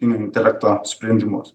imuniteto sprendimus